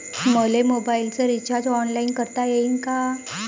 मले मोबाईलच recharge online करता येईन का?